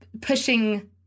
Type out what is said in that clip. pushing